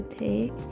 take